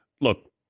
Look